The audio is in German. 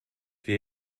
will